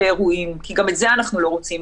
לאירועים כי גם את זה אנחנו לא רוצים.